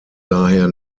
daher